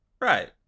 Right